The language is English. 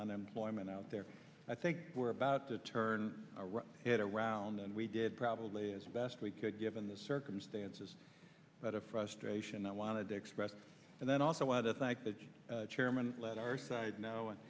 unemployment out there i think we're about to turn it around and we did probably as best we could given the circumstances but a frustration i wanted to express and then i also want to thank the chairman let our side know and